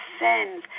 sins